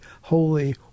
holy